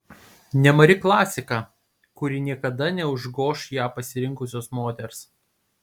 nemari klasika kuri niekada neužgoš ją pasirinkusios moters